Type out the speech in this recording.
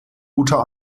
guter